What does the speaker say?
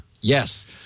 Yes